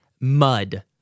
Mud